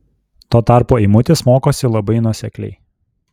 tuo tarpu eimutis mokosi labai nuosekliai